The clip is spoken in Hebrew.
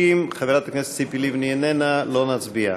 30, חברת הכנסת ציפי לבני איננה, לא נצביע.